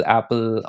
apple